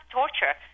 torture